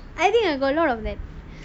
I think I got a lot of that